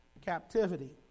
captivity